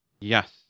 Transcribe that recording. Yes